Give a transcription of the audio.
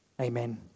Amen